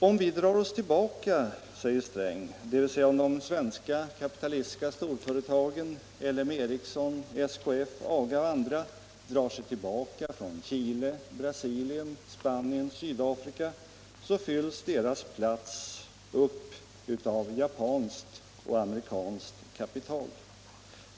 Om de svenska kapitalistiska storföretagen — L M Ericsson, SKF, AGA och andra — drar sig tillbaka från Chile, Brasilien, Spanien och Sydafrika, fylls deras platser upp av japanskt och amerikanskt kapital, säger herr Sträng.